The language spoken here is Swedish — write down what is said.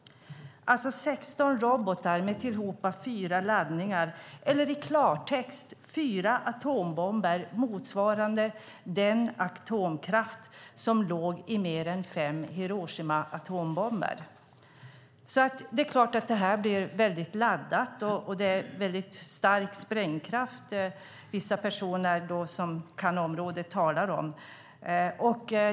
16 robotar med tillhopa fyra laddningar eller i klartext: fyra atombomber motsvarande den atomkraft som låg i mer än fem Hiroshimaatombomber. Det är klart att det blev väldigt laddat, och det är väldigt stark sprängkraft i detta som vissa personer som kan området talar om.